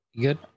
good